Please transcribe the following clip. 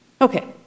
Okay